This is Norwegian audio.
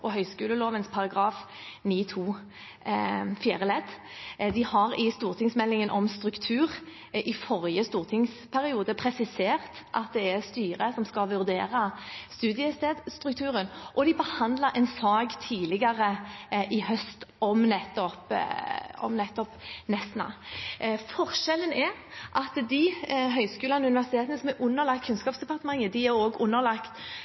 forrige stortingsperiode presisert at det er styret som skal vurdere studiestedstrukturen, og de behandlet en sak tidligere i høst om nettopp Nesna. Forskjellen er at de høyskolene og universitetene som er underlagt Kunnskapsdepartementet, også er underlagt universitets- og